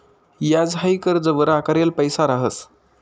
याज हाई कर्जवर आकारेल पैसा रहास